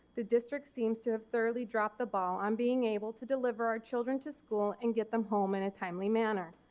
the district seems to have thoroughly dropped the ball on being able to deliver our children to school and get them home in a timely manner.